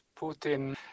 Putin